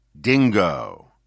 dingo